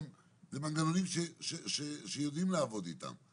אלה מנגנונים שיודעים לעבוד איתם.